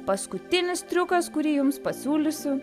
paskutinis triukas kurį jums pasiūlysiu